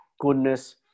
goodness